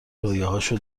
رویاهاشو